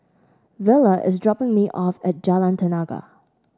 Vela is dropping me off at Jalan Tenaga